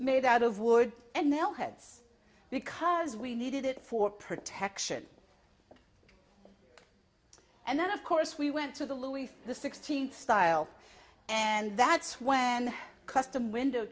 made out of wood and nail heads because we needed it for protection and then of course we went to the louis the sixteenth style and that's when custom window